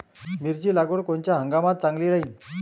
मिरची लागवड कोनच्या हंगामात चांगली राहीन?